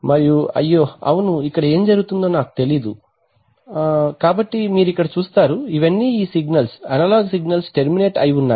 మరియు అయ్యో అవును ఏమి జరుగుతుందో నాకు తెలియదు కాబట్టి మీరు ఇక్కడ చూస్తారు ఇవన్నీ ఈ సిగ్నల్స్ అనలాగ్ సిగ్నల్స్ టెర్మినేట్ అయి ఉన్నాయి